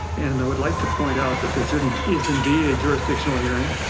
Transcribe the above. and i would like to point out that this and is indeed a jurisdictional hearing.